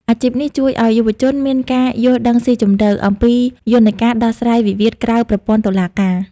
អាជីពនេះជួយឱ្យយុវជនមានការយល់ដឹងស៊ីជម្រៅអំពីយន្តការដោះស្រាយវិវាទក្រៅប្រព័ន្ធតុលាការ។